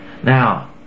Now